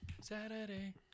Saturday